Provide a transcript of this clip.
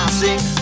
sing